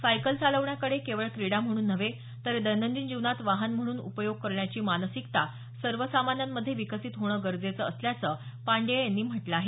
cycle चालवण्याकडे केवळ क्रीडा म्हणून नव्हे तर दैनंदिन जीवनात वाहन म्हणून उपयोग करण्याची मानसिकता सर्वसामान्यांमध्ये विकसित होणं गरजेचं असल्याचं पांडेय यांनी म्हटलं आहे